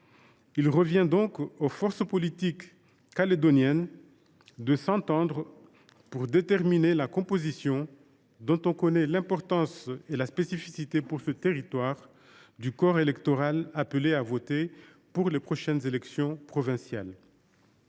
Il revient donc aux forces politiques calédoniennes de s’entendre pour déterminer la composition, dont on connaît l’importance et la spécificité pour ce territoire, du corps électoral appelé à voter pour les prochaines élections provinciales.